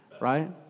right